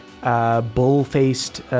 Bull-faced